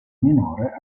minore